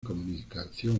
comunicación